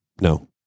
No